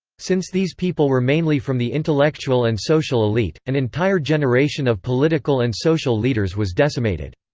since these people were mainly from the intellectual and social elite, an entire generation of political and social leaders was decimated.